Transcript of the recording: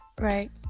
Right